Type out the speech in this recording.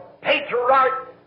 patriarch